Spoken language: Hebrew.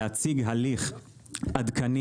להציג הליך עדכני,